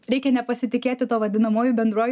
reikia nepasitikėti tuo vadinamuoju bendruoju